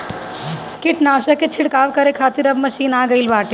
कीटनाशक के छिड़काव करे खातिर अब मशीन आ गईल बाटे